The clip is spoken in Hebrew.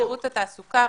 שירות התעסוקה,